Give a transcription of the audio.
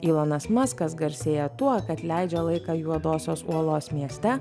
ilonas maskas garsėja tuo kad leidžia laiką juodosios uolos mieste